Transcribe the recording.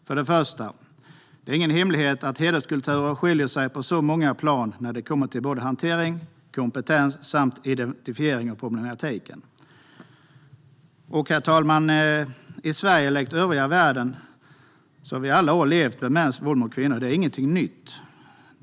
Först och främst är det ingen hemlighet att hederskulturer skiljer sig på många plan när det kommer till hantering, kompetens och identifiering av problematiken. Herr talman! Att Sverige likt övriga världen i alla år levt med mäns våld mot kvinnor är ingenting nytt.